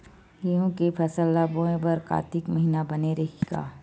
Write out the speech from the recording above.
गेहूं के फसल ल बोय बर कातिक महिना बने रहि का?